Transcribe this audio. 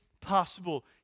possible